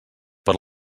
per